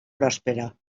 pròspera